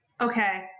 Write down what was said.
Okay